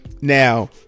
Now